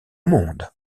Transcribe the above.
monde